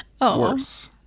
worse